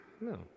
No